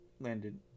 landed